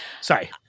Sorry